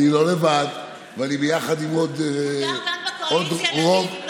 אני לא לבד ואני ביחד, מותר גם בקואליציה